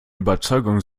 überzeugungen